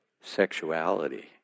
sexuality